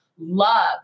love